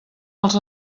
els